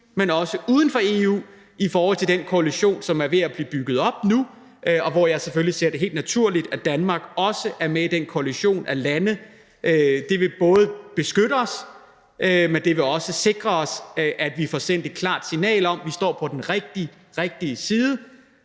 men også uden for EU i forhold til den koalition, som er ved at blive bygget op nu, og hvor jeg selvfølgelig ser det helt naturligt, at Danmark også er med. Det vil både beskytte os, men det vil også sikre, at vi får sendt et klart signal om, at vi står på den rigtigt